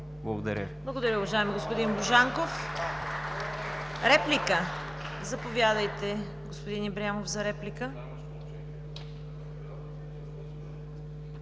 Благодаря